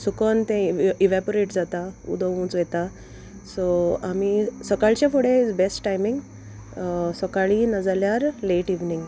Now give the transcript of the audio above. सुकोन तें इवेपोरेट जाता उद उंच वोयता सो आमी सकाळचे फुडें इज द बेस्ट टायमींग सोकाळीं नाजाल्यार लेट इवनींग